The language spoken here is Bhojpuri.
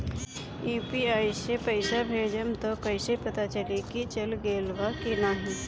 यू.पी.आई से पइसा भेजम त कइसे पता चलि की चल गेल बा की न?